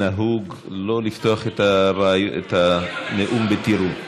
נהוג שלא לפתוח את הנאום ב"תראו".